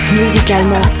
Musicalement